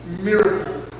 miracle